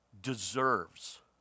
deserves